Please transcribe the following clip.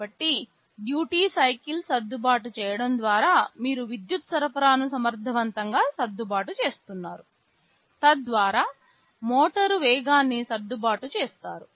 కాబట్టి duty cycle సర్దుబాటు చేయడం ద్వారా మీరు విద్యుత్ సరఫరాను సమర్థవంతంగా సర్దుబాటు చేస్తున్నారు తద్వారా మోటారు వేగాన్ని సర్దుబాటు చేస్తారు